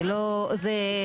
זה לא סביר.